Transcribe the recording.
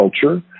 culture